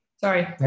Sorry